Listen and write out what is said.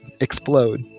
explode